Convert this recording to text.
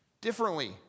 Differently